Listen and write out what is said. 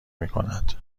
میکند